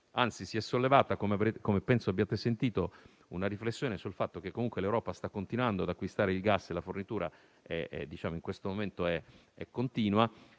anzi, si è sollevata - come penso abbiate sentito - una riflessione sul fatto che comunque l'Europa sta continuando ad acquistare il gas e la fornitura in questo momento è continua,